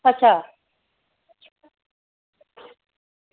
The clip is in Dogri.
अच्छा